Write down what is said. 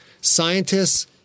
Scientists